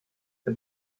ein